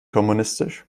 kommunistisch